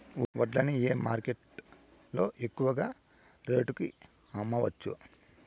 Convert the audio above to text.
వడ్లు ని ఏ మార్కెట్ లో ఎక్కువగా రేటు కి అమ్మవచ్చు?